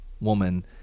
woman